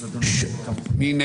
189. מי בעד?